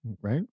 right